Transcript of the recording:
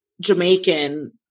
Jamaican